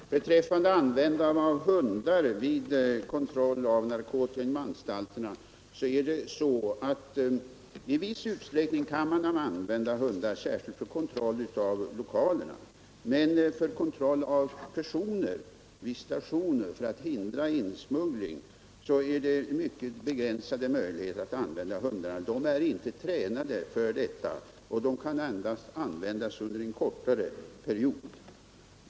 Herr talman! Beträffande användande av hundar vid kontroll av narkotika på kriminalvårdsanstalterna vill jag framhålla att man i viss utsträckning kan använda hundar, särskilt för kontroll av lokalerna. Men för kontroll av personer, dvs. visnationer för att förhindra insmuggling, finns det mycket begränsade möjligheter att använda hundar. Dessa hundar är inte tränade för detta och kan endast användas under en kortare period.